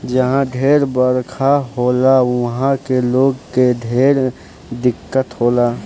जहा ढेर बरखा होला उहा के लोग के ढेर दिक्कत होला